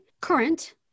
current